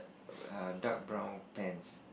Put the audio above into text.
a dark brown pants